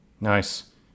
Nice